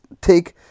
take